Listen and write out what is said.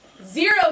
zero